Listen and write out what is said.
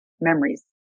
memories